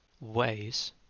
ways